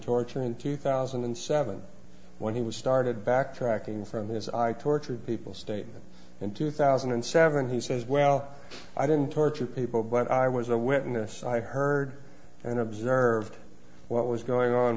torture in two thousand and seven when he was started backtracking from this i tortured people statement in two thousand and seven he says well i didn't torture people but i was a witness i heard and observed what was going on